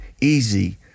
easy